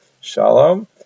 Shalom